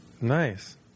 Nice